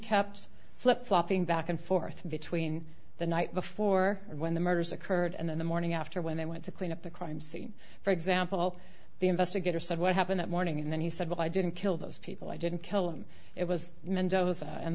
kept flip flopping back and forth between the night before and when the murders occurred and then the morning after when they went to clean up the crime scene for example the investigator said what happened that morning and then he said well i didn't kill those people i didn't kill him it was mendoza and